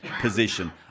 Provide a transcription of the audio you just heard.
position